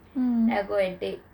mm